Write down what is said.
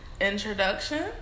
introduction